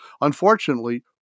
Unfortunately